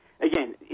again